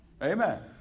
Amen